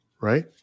right